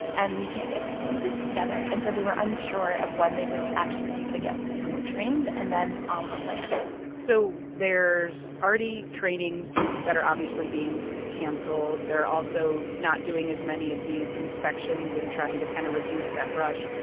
and we can't get people in groups together. and so they were unsure of when they would actually be able to get the people trained and then on the land so there's already trainings that are obviously being canceled. they're also not doing as many of these inspections and trying to kind of reduce that brush.